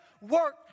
work